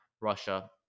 Russia